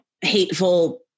hateful